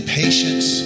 patience